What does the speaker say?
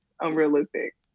unrealistic